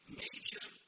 major